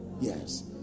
Yes